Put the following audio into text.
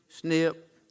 snip